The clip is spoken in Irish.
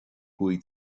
cúig